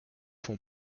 font